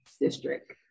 district